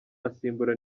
asimbura